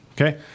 Okay